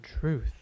truth